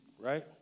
right